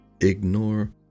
ignore